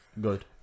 good